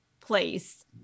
place